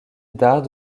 d’arts